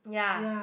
yeah